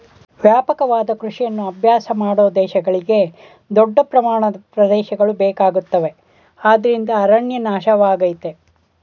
ವ್ಯಾಪಕವಾದ ಕೃಷಿಯನ್ನು ಅಭ್ಯಾಸ ಮಾಡೋ ದೇಶಗಳಿಗೆ ದೊಡ್ಡ ಪ್ರಮಾಣದ ಪ್ರದೇಶಗಳು ಬೇಕಾಗುತ್ತವೆ ಅದ್ರಿಂದ ಅರಣ್ಯ ನಾಶವಾಗಯ್ತೆ